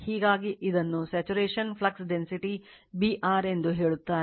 ಹೀಗಾಗಿ ಇದನ್ನು saturation flux density B r ಎಂದು ಹೇಳುತ್ತಾರೆ